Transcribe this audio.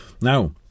Now